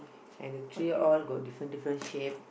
and the tree all got different different shape